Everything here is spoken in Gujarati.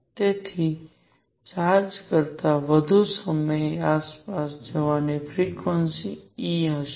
તેથી ચાર્જ કરતાં વધુ સમય આસપાસ જવાની ફ્રિક્વન્સી e હશે